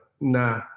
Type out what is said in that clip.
nah